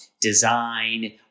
design